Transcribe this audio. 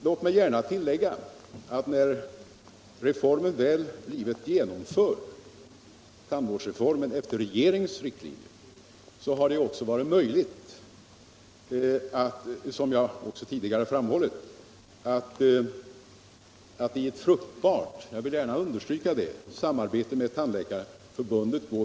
Låt mig tillägga, att när tandvårdsreformen väl blivit genomförd efter regeringens riktlinjer, så har det också varit möjligt att gå vidare i ett fruktbärande samarbete med Tandläkarförbundet.